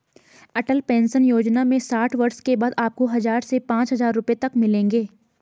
अटल pension योजना में साठ वर्ष के बाद आपको हज़ार से पांच हज़ार रुपए तक मिलेंगे